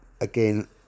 again